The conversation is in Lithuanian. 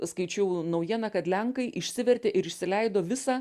skaičiau naujieną kad lenkai išsivertė ir išsileido visą